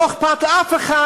לא אכפת לאף אחד